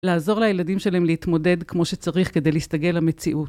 לעזור לילדים שלהם להתמודד כמו שצריך כדי להסתגל למציאות.